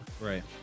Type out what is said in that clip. Right